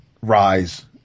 rise